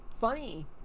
Funny